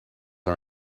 are